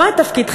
לא את תפקידכם,